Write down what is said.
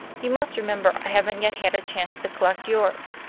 you must remember i haven't yet had a chance to collect yours.